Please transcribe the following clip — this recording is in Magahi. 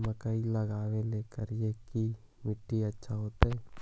मकईया लगी करिकी मिट्टियां अच्छा होतई